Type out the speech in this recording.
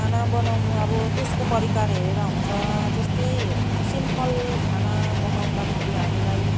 खाना बनाउनु अब त्यसको परिकार हेरेर हुन्छ जस्तै सिम्पल खाना पकाउँदाखेरि हामीलाई